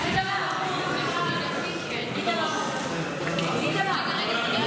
חוק למניעת אלימות במשפחה (תיקון מס' 19,